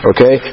Okay